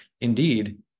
indeed